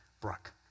brook